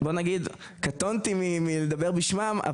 קטונתי מלדבר בשמם,